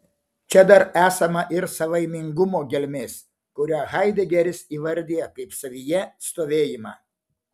čia dar esama ir savaimingumo gelmės kurią haidegeris įvardija kaip savyje stovėjimą